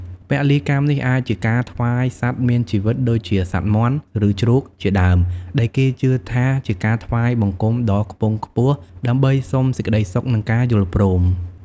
ពលីកម្មនេះអាចជាការថ្វាយសត្វមានជីវិតដូចជាសត្វមាន់ ឬជ្រូក ជាដើម ដែលគេជឿថាជាការថ្វាយបង្គំដ៏ខ្ពង់ខ្ពស់ដើម្បីសុំសេចក្តីសុខ និងការយល់ព្រម។